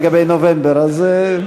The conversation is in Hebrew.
לגבי נובמבר, אז זה,